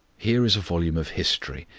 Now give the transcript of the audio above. here is a volume of history,